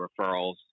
referrals